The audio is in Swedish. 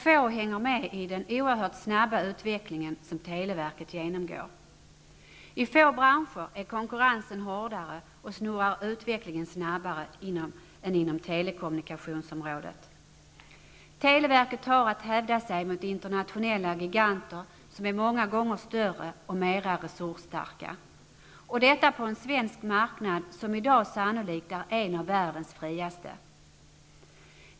Få hänger med i den oerhört snabba utvecklingen som televerket genomgår. I få branscher är konkurrensen hårdare och snurrar utvecklingen snabbare än inom telekommunikationsområdet. Televerket har att hävda sig mot internationella giganter som är många gånger större och mera resursstarka. Detta på en svensk marknad som i dag sannolikt är en av världens friaste.